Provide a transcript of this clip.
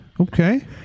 Okay